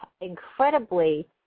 incredibly